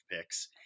picks